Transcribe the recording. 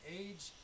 age